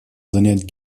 занять